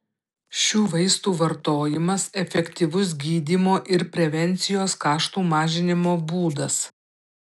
šių vaistų vartojimas efektyvus gydymo ir prevencijos kaštų mažinimo būdas